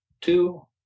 two